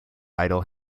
idle